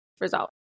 result